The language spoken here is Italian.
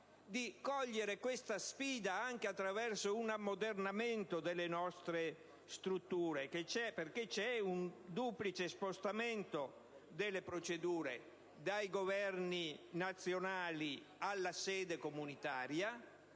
di cogliere questa sfida anche attraverso un ammodernamento delle nostre strutture? È infatti in corso un duplice spostamento delle procedure, dai Governi nazionali alla sede comunitaria,